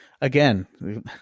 again